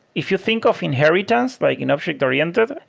if you think of inheritance, like in object-oriented,